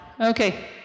Okay